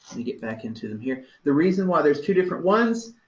let me get back into them here. the reason why there's two different ones,